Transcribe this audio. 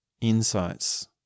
insights